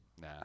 Nah